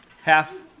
Half